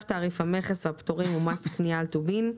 תעריף המכס והפטורים ומס קנייה על טובין,